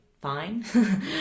fine